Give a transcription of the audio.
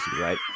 right